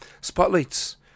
spotlights